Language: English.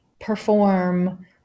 perform